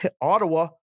Ottawa